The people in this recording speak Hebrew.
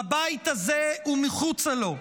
בבית הזה ומחוצה לו,